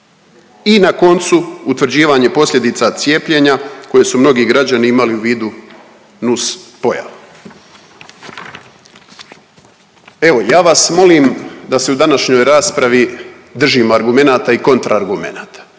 I na koncu utvrđivanje posljedica cijepljenja koje su mnogi građani imali u vidu nuspojava. Evo ja vas molim da se u današnjoj raspravi držimo argumenata i kontraargumenata.